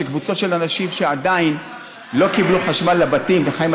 של קבוצות אנשים שעדיין לא קיבלו חשמל לבתים וחיים,